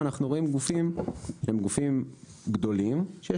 אז פה אנחנו רואים גופים גדולים שיש